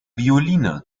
violine